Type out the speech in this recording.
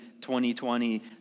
2020